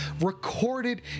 recorded